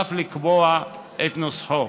ואף לקבוע את נוסחו.